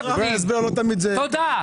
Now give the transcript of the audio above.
תודה.